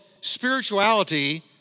spirituality